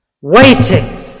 Waiting